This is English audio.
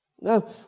No